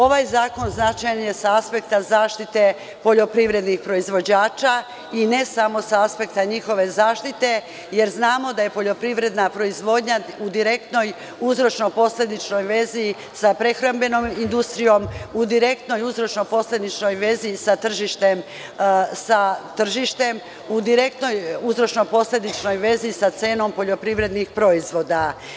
Ovaj zakon značajan je sa aspekta zaštite poljoprivrednih proizvođača i, ne samo sa aspekta njihove zaštite, jer znamo da je poljoprivredna proizvodnja u direktnoj uzročno-posledičnoj vezi sa prehrambenom industrijom, u direktnoj uzročno-posledičnoj vezi sa tržištem, u direktnoj uzročno-posledičnoj vezi sa cenom poljoprivrednih proizvoda.